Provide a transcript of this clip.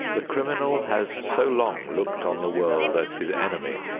the criminal has so long looked on the world as his enemy,